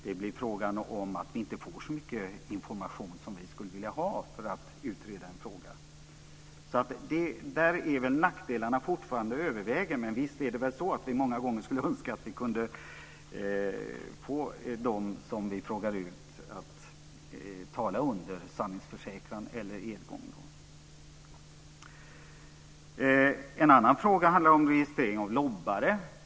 Det blir frågan om att vi inte får så mycket information som vi skulle vilja ha för att utreda en fråga. Nackdelarna överväger väl fortfarande, men visst skulle vi väl många gånger önska att vi kunde få dem som vi frågar ut att tala under sanningsförsäkran eller edgång. En annan fråga handlar om registrering av lobbare.